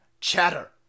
chatter